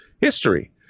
history